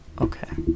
okay